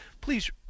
please